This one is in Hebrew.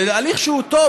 זה הליך שהוא טוב,